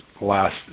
last